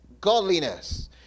godliness